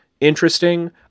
interesting